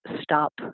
stop